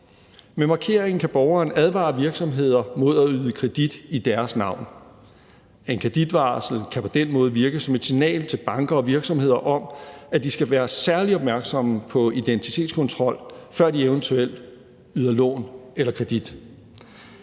Med markeringen kan borgeren advare virksomheder mod at yde kredit i deres navn. Et kreditvarsel kan på den måde virke som et signal til banker og virksomheder om, at de skal være særlig opmærksomme på identitetskontrol, før de eventuelt yder lån eller kredit.